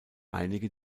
einige